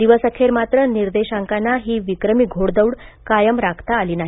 दिवसअखेर मात्र निर्देशांकांना ही विक्रमी घोडदौड कायम राखता आली नाही